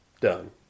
Done